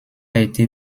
été